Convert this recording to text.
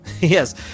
Yes